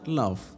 love